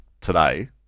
today